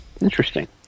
Interesting